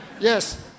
Yes